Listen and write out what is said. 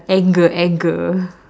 anger anger